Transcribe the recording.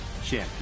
champion